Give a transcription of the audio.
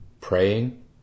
praying